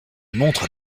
montre